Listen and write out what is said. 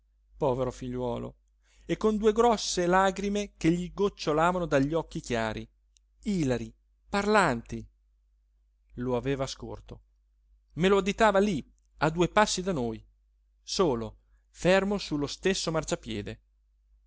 povero figliuolo e con due grosse lagrime che gli gocciolavano dagli occhi chiari ilari parlanti lo aveva scorto me lo additava lí a due passi da noi solo fermo su lo stesso marciapiede